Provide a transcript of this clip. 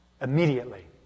Immediately